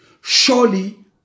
Surely